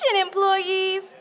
employees